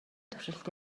туршилт